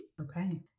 Okay